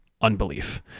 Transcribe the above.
unbelief